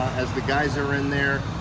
as the guys are in there,